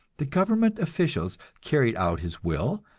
the government officials carried out his will,